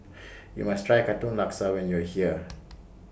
YOU must Try Katong Laksa when YOU Are here